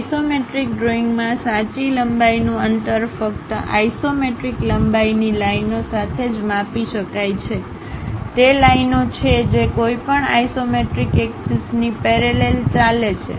isometric ડ્રોઇંગમાં સાચી લંબાઈનું અંતર ફક્ત આઇસોમેટ્રિક લંબાઈની લાઇનઓ સાથે જ માપી શકાય છે તે લાઇનઓ છે જે કોઈપણ આઇસોમેટ્રિક એક્સિસ ની પેરેલલ ચાલે છે